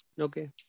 Okay